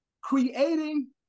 Creating